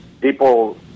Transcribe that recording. People